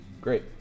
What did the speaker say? Great